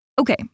Okay